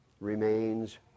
remains